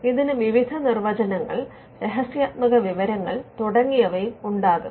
ഇതിന് വിവിധ നിർവചനങ്ങൾ രഹസ്യാത്മക വിവരങ്ങൾ തുടങ്ങിയവയും ഉണ്ടാകും